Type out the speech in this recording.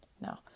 No